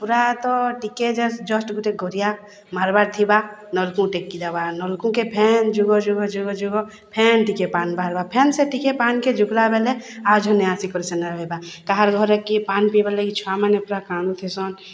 ପୁରାତ ଟିକେ ଯଷ୍ଟ୍ ଯଷ୍ଟ୍ ଗୁଟେ ଗରିଆ ମାରବାର ଥିବା ନଳ୍କୁ ଟେକିଦେବା ନଳକୁକେ ଫେନ୍ ଯିବ ଯିବ ଯିବ ଯିବ ଫେନ୍ ଟିକେ ପାଏନ୍ ବାହାରିବା ଫେନ୍ ସେ ଟିକେ ପାଏନ୍କେ ଯୁଗ୍ଲା ବେଲେ ଆଉ ଝନେ ଆସିକରି ସେନେ ରହେବା କାହର୍ ଘରେ କେ ପାଏନ୍ ପଇବାର୍ ଲାଗି ଛୁଆମାନେ ପୁରା କାନ୍ଦୁଥିସନ୍